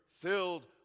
filled